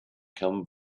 come